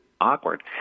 awkward